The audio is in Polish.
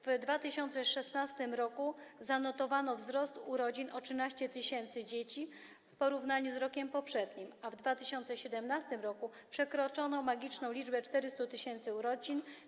W 2016 r. zanotowano wzrost urodzin o 13 tys. dzieci w porównaniu z rokiem poprzednim, a w 2017 r. przekroczono magiczną liczbę 400 tys. urodzin.